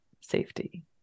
safety